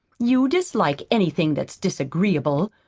you dislike anything that's disagreeable.